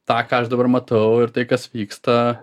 tą ką aš dabar matau ir tai kas vyksta